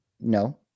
No